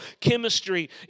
chemistry